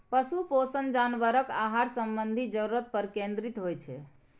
पशु पोषण जानवरक आहार संबंधी जरूरत पर केंद्रित होइ छै